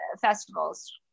festivals